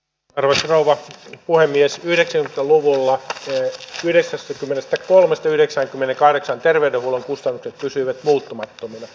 prusi rouva puhemies yhdeksi luvulla symmetrisesti kymmenestä kolmesti yhdeksänkymmenenkahdeksan terveydenhuollon kustannukset pysyvät muuttumattomina